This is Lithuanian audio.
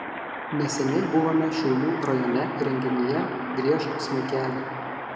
neseniai buvome šiaulių rajone renginyje griežk smuikeli